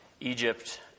Egypt